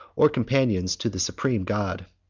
or companions, to the supreme god.